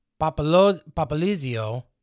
Papalizio